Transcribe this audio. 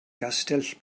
gastell